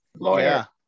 lawyer